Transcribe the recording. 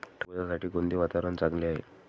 टरबूजासाठी कोणते वातावरण चांगले आहे?